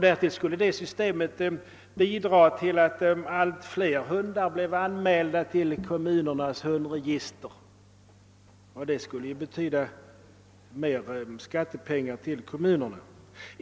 Därtill skulle detta system bidra till att allt fler hundar blev anmälda till kommunernas hundregister, och det skulle betyda mer skattepengar till kommunerna.